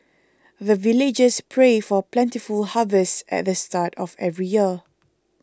the villagers pray for plentiful harvest at the start of every year